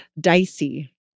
Dicey